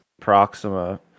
Proxima